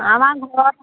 আমাৰ ঘৰত